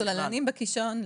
הצוללנים בקישון,